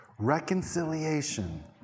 Reconciliation